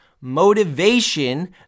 motivation